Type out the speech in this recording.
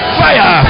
fire